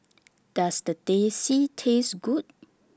Does Teh C Taste Good